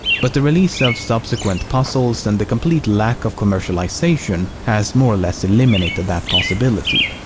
but the release of subsequent puzzles and the complete lack of commercialization has more or less eliminated that possibility.